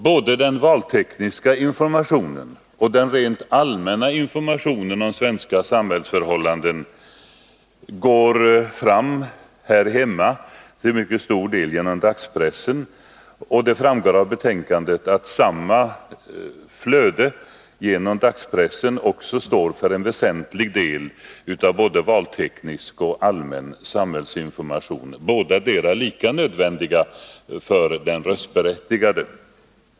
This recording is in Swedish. Både den valtekniska informationen och den rent allmänna informationen om svenska samhällsförhållanden — båda lika nödvändiga för den röstberättigade — går här hemma fram till mycket stor del genom dagspressen, och det framgår av betänkandet att dagspressen också svarar för en väsentlig del av denna information till de röstberättigade utlandssvenskarna.